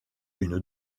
une